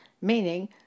meaning